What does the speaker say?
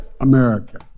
America